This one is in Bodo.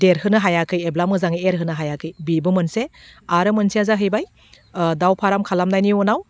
देरहोनो हायाखै एब्ला मोजाङै एरहोनो हायाखै बिबो मोनसे आरो मोनसेया जाहैबाय दाउ फाराम खालामनायनि उनाव